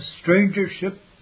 strangership